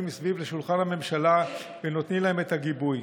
מסביב לשולחן הממשלה ונותנים להם את הגיבוי.